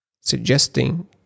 suggesting